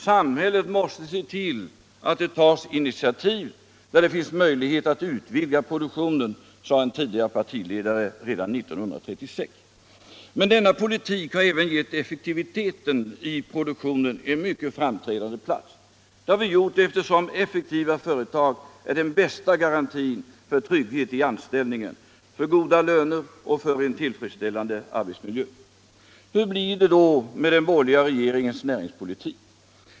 Samhället måste se till att det tas initiativ där det finns möjlighet att utvidga produktionen, sade en tidigare partiledare redan 1936. Men i denna politik har vi även gett effektiviteten i produktionen en mycket framträdande plats. Det har vi gjort därför att effektiva företag är den bästa garantin för trygghet i anställningen, för goda löner och för en tillfredsställande arbetsmiljö. Hur blir det då med den borgerliga regeringens näringspolitik?